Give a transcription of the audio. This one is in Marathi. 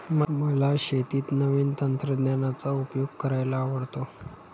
मला शेतीत नवीन तंत्रज्ञानाचा उपयोग करायला आवडतो